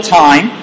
time